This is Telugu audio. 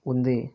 ఉంది